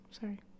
Sorry